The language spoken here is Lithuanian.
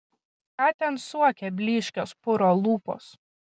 ką ten suokia blyškios puro lūpos